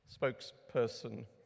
Spokesperson